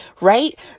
right